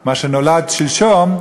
מה שנולד שלשום,